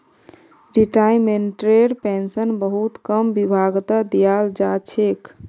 रिटायर्मेन्टटेर pension बहुत कम विभागत दियाल जा छेक